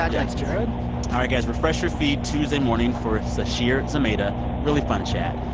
yeah thanks jared all right, guys. refresh your feed tuesday morning for sasheer zamata really fun chat.